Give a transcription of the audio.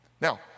Now